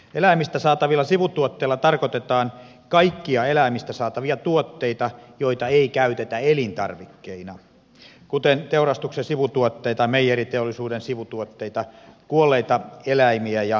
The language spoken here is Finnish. eläimistä saatavilla sivutuotteilla tarkoitetaan kaikkia eläimistä saatavia tuotteita joita ei käytetä elintarvikkeina kuten teurastuksen sivutuotteita meijeriteollisuuden sivutuotteita kuolleita eläimiä ja lantaa